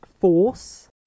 force